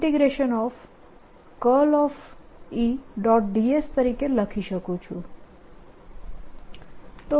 ds તરીકે લખી શકું છું